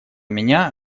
меня